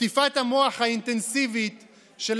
שטיפת המוח האינטנסיבית של